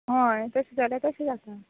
हय तशें जाल्यार तशें जाता